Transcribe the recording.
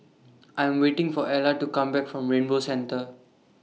I Am waiting For Ella to Come Back from Rainbow Centre